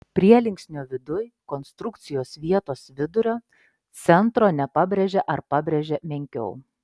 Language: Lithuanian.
prielinksnio viduj konstrukcijos vietos vidurio centro nepabrėžia ar pabrėžia menkiau